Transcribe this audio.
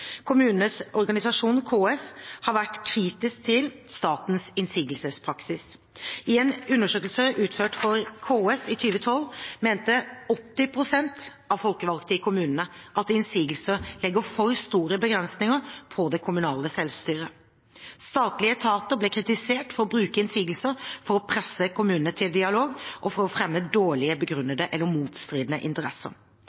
Kommunenes organisasjon, KS, har vært kritisk til statens innsigelsespraksis. I en undersøkelse utført for KS i 2012 mente 80 pst. av de folkevalgte i kommunene at innsigelser legger for store begrensninger på det kommunale selvstyret. Statlige etater ble kritisert for å bruke innsigelser for å presse kommunene til dialog og for å fremme